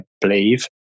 believe